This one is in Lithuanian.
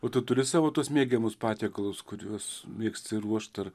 o tu turi savo tuos mėgiamus patiekalus kuriuos mėgsti ruošt ar